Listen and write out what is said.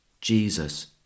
Jesus